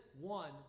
one